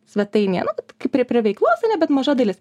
svetainėje nu kaip ir prie veiklos yra bet maža dalis